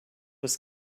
was